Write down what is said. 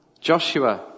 Joshua